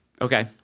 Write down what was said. Okay